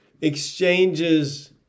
exchanges